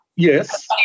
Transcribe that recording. Yes